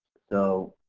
so